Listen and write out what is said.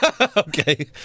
Okay